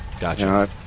Gotcha